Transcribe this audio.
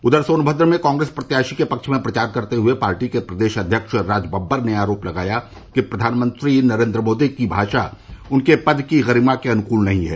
उधर सोनभद्र में कांग्रेस प्रत्याशी के पक्ष में प्रचार करते हुए पार्टी के प्रदेश अध्यक्ष राजबब्बर ने आरोप लगाया कि प्रधानमंत्री नरेन्द्र मोदी की भाषा उनके पद की गरिमा के अनुकूल नहीं हैं